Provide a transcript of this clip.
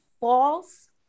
false